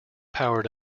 powered